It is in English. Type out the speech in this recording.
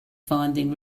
finding